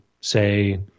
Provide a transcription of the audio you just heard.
say